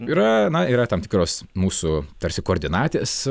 yra na yra tam tikros mūsų tarsi koordinatės